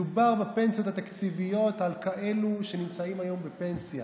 מדובר בפנסיות התקציביות לכאלה שנמצאים היום בפנסיה,